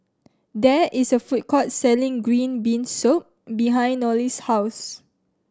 there is a food court selling green bean soup behind Nolie's house